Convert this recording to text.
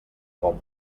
bon